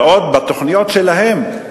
ועוד בתוכניות שלהם,